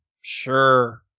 sure